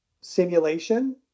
simulation